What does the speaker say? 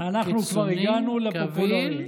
קביל,